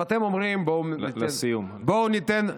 עכשיו, אתם אומרים, לסיום, אדוני.